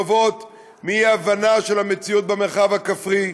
נובעות מאי-הבנה של המציאות במרחב הכפרי,